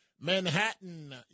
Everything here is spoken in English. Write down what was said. Manhattan